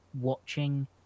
watching